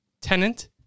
Tenant